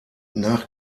nach